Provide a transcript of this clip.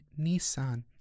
Nissan